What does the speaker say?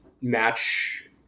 match